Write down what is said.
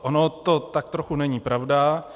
Ono to tak trochu není pravda.